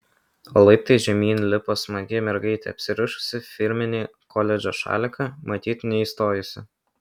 o laiptais žemyn lipo smagi mergaitė apsirišusi firminį koledžo šaliką matyt neįstojusi